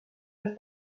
les